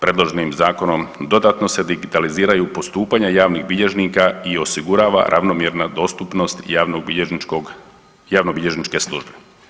Predloženim zakonom dodatno se digitaliziraju postupanja javnih bilježnika i osigurava ravnomjerna dostupnost javnobilježničke službe.